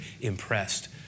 impressed